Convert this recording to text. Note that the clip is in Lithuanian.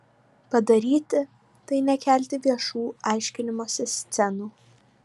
padaryti tai nekelti viešų aiškinimosi scenų